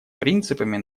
принципами